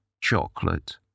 chocolate